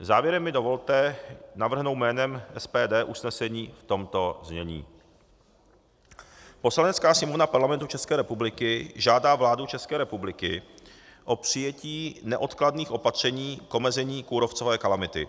Závěrem mi dovolte navrhnout jménem SPD usnesení v tomto znění: Poslanecká sněmovna Parlamentu České republiky žádá vládu České republiky o přijetí neodkladných opatření k omezení kůrovcové kalamity.